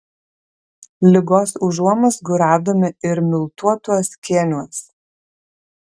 ligos užuomazgų radome ir miltuotuos kėniuos